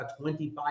25